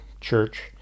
church